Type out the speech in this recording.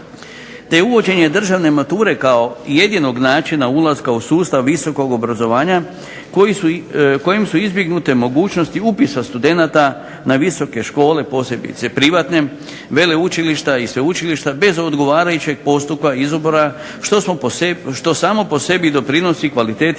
te uvođenje državne mature kao jedinog načina ulaska u sustav visokog obrazovanja kojem su izbjegnute mogućnosti upisa studenata na visoke škole, posebice privatne, veleučilišta i sveučilišta bez odgovarajućeg postupka izbora što samo po sebi doprinosi kvaliteti